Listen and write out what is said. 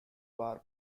bar